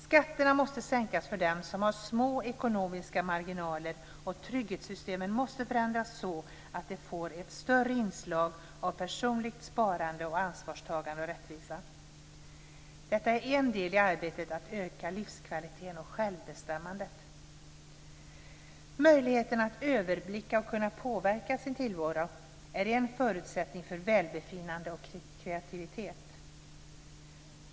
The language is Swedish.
Skatterna måste sänkas för dem som har små ekonomiska marginaler, och trygghetssystemen måste förändras så att de får ett större inslag av personligt sparande, ansvarstagande och rättvisa. Detta är en del i arbetet med att öka livskvaliteten och självbestämmandet. Möjligheten att överblicka och kunna påverka sin tillvaro är en förutsättning för välbefinnande och kreativitet.